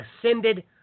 ascended